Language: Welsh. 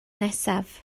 nesaf